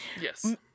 Yes